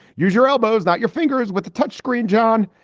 use your elbows, not your fingers, with the touch screen, john.